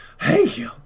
Hey